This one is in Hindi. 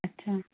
अच्छा